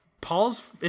Paul's